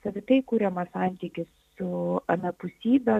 savitai kuriamas santykis su anapusybe